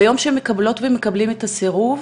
ביום שהם מקבלות ומקבלים את הסירוב